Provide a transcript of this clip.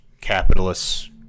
capitalists